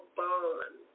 bond